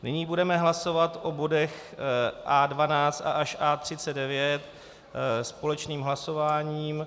Nyní budeme hlasovat o bodech A12 až A39 společným hlasováním.